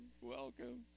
Welcome